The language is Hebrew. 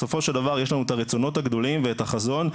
בסופו של דבר יש לנו את הרצונות הגדולים ואת החזון,